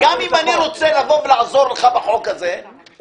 גם אם אני רוצה לעזור לך בחוק הזה --- אפשר